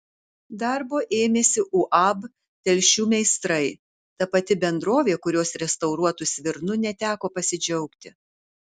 darbo ėmėsi uab telšių meistrai ta pati bendrovė kurios restauruotu svirnu neteko pasidžiaugti